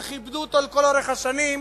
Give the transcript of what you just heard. כיבדו אותו לאורך כל השנים,